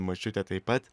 močiutė taip pat